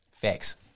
Facts